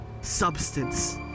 substance